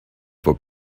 for